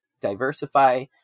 diversify